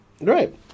right